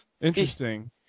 Interesting